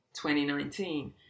2019